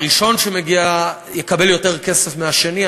הראשון שמגיע יקבל יותר כסף מהשני,